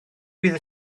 bydd